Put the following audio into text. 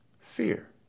fear